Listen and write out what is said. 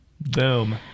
boom